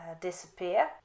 disappear